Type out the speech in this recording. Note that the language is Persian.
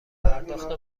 پرداخت